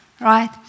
right